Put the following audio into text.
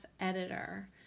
Editor